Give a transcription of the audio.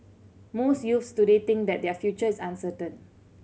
most youths today think that their future is uncertain